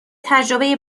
تجربه